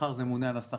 שכר זה הממונה על השכר,